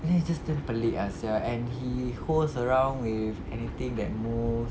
and then just damn pelik ah sia and he host around with anything that moves